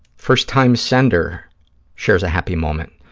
first-time sender shares a happy moment.